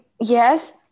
yes